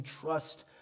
trust